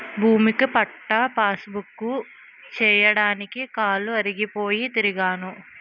భూమిక పట్టా పాసుబుక్కు చేయించడానికి కాలు అరిగిపోయి తిరిగినాను